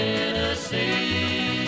Tennessee